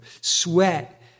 sweat